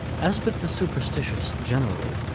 as with the superstitious generally,